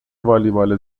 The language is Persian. والیبال